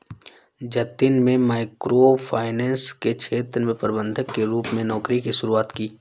जतिन में micro finance के क्षेत्र में प्रबंधक के रूप में नौकरी की शुरुआत की